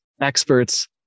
experts